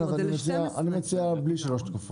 אני מציע בלי שלוש תקופות.